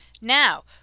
Now